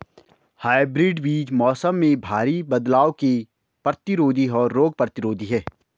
hybrid बीज मौसम में भारी बदलाव के प्रतिरोधी और रोग प्रतिरोधी हैं